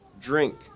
drink